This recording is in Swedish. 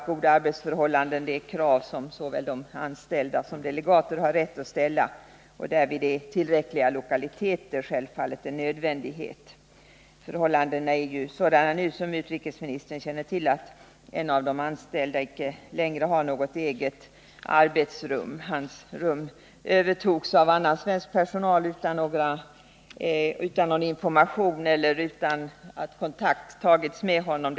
Goda arbetsförhållanden är ju något som såväl de anställda som delegaterna har rätt att kräva, och därvid är självfallet tillräckliga lokaliteter en nödvändighet. Som utrikesministern känner till har en av de anställda inte längre något eget arbetsrum. Hans rum övertogs av annan svensk personal utan att han dessförinnan hade fått information om detta och utan att någon kontakt tagits med honom.